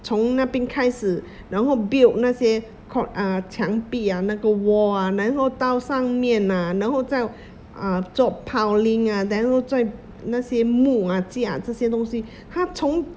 从那边开始然后 build 那些 called uh 墙壁啊那个 wall ah 然后到上面啊然后再 uh 做 piling ah 然后再那些木啊架这些东西他从